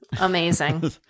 Amazing